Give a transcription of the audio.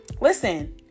Listen